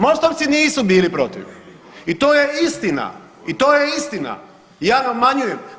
Mostovci nisu bili protiv i to je istina i to je istina, ja ne obmanjujem.